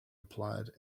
applied